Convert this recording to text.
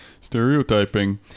Stereotyping